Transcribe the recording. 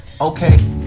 Okay